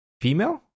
female